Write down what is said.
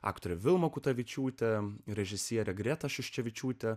aktorė vilma kutavičiūtė režisierė greta šuščevičiūtė